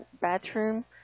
bathroom